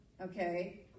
Okay